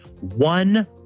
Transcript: one